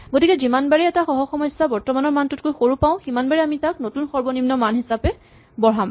গতিকে যিমানবাৰেই এটা সহ সমস্যা বৰ্তমানৰ মানটোতকৈ সৰু পাওঁ সিমানবাৰেই আমি তাক নতুন সৰ্বনিম্ন মান হিচাপে বঢ়াম